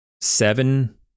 seven